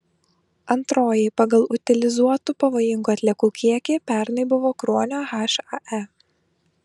antroji pagal utilizuotų pavojingų atliekų kiekį pernai buvo kruonio hae